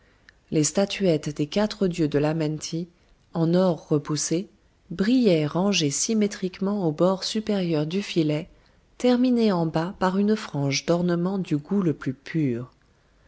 les statuettes des quatre dieux de l'amenti en or repoussé brillaient rangées symétriquement au bord supérieur du filet terminé en bas par une frange d'ornements du goût le plus pur